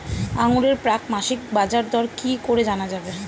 আঙ্গুরের প্রাক মাসিক বাজারদর কি করে জানা যাবে?